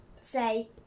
say